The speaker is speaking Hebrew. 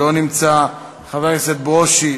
לא נמצא; חבר הכנסת איתן ברושי,